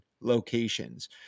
locations